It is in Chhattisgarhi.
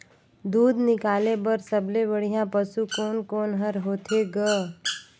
दूध निकाले बर सबले बढ़िया पशु कोन कोन हर होथे ग?